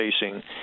facing